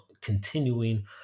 continuing